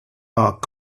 are